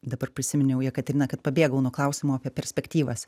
dabar prisiminiau jekaterina kad pabėgau nuo klausimo apie perspektyvas